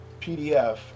PDF